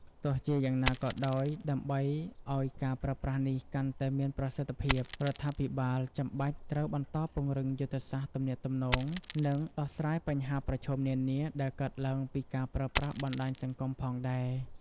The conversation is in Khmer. ទោះជាយ៉ាងណាក៏ដោយ ដើម្បីឱ្យការប្រើប្រាស់នេះកាន់តែមានប្រសិទ្ធភាព រដ្ឋាភិបាលចាំបាច់ត្រូវបន្តពង្រឹងយុទ្ធសាស្ត្រទំនាក់ទំនង និងដោះស្រាយបញ្ហាប្រឈមនានាដែលកើតឡើងពីការប្រើប្រាស់បណ្ដាញសង្គមផងដែរ។